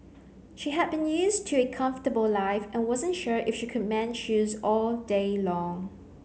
she had been used to a comfortable life and wasn't sure if she could mend shoes all day long